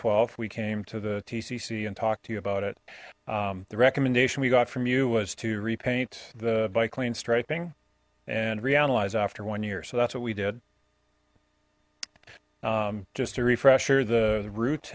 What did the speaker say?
twelve we came to the tcc and talked to you about it the recommendation we got from you was to repaint the bike lane striping and reanalyze after one year so that's what we did just a refresher the ro